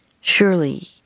Surely